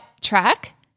track